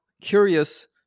curious